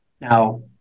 Now